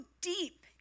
deep